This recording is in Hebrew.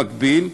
במקביל,